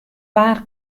waar